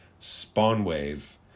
Spawnwave